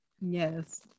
yes